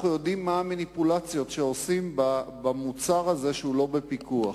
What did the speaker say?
אנחנו יודעים מה המניפולציות שעושים במוצר הזה שהוא לא בפיקוח.